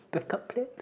back up plan